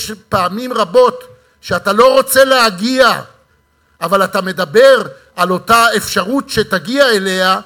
פעמים רבות אתה לא רוצה להגיע אבל אתה מדבר על אותה אפשרות שתגיע אליה,